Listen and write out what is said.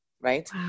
Right